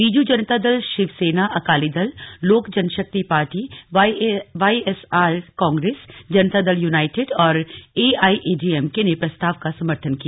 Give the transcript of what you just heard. Biju Janata Dal Shiv Sena Akali Dal Lok Janshakti Party Y S R Congress Janata Dal United और AIADMK ने प्रस्ताव का समर्थन किया